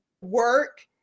work